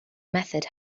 method